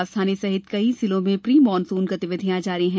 राजधानी सहित कई जिलों में प्री मॉनसून गतिविधियां जारी हैं